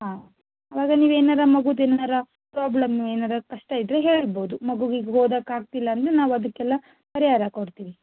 ಹಾಂ ಆವಾಗ ನೀವು ಏನಾದ್ರು ಮಗುದು ಏನಾದ್ರು ಪ್ರಾಬ್ಲಮ್ ಏನಾದ್ರು ಕಷ್ಟಯಿದ್ದರೆ ಹೇಳ್ಬೋದು ಮಗೂಗೆ ಹೀಗೆ ಓದಕ್ಕೆ ಆಗ್ತಿಲ್ಲಾಂದ್ರೆ ನಾವು ಅದಕ್ಕೆಲ್ಲ ಪರಿಹಾರ ಕೊಡ್ತೀವಿ